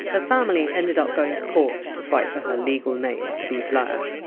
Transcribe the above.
her family ended up going to court to fight for her legal name to be bl? r.